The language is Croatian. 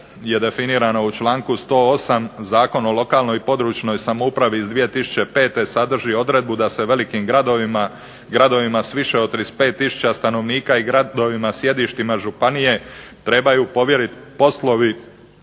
u članku 108. Zakona o lokalnoj i područnoj samoupravi iz 2005. sadrži odredbu da se velikim gradovima, gradovima s više od 35 tisuća stanovnika i gradovima sjedištima županije trebaju povjeriti poslovi